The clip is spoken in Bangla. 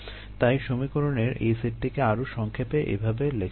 তাই সমীকরণের এই সেটটিকে আরো সংক্ষেপে এভাবে লেখা যায়